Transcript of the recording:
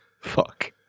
Fuck